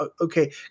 okay